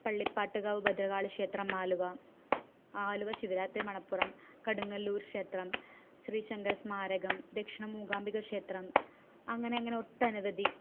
പള്ളിപ്പാട്ട്ക്കാവ് ഭദ്രകാളിക്ഷേത്രം ആലുവ ആലുവ ശിവരാത്രി മണപ്പുറം കടുങ്ങല്ലുർ ക്ഷേത്രം ശ്രീ ശങ്കര സ്മാരകം ദക്ഷിണ മൂകാംബിക ക്ഷേത്രം അങ്ങനങ്ങനെ ഒട്ടനവധി